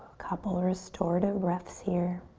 couple restorative breaths here.